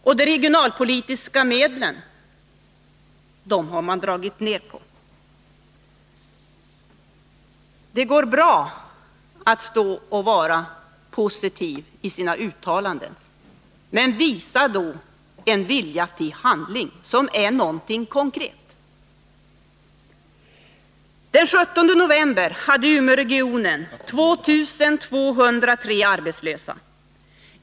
Och de regionalpolitiska medlen har man dragit ner på. Det går bra att stå här och vara positiv i sina uttalanden, men visa då en vilja till handling som är någonting konkret! Den 17 november hade Umeåregionen 2 203 arbetslösa.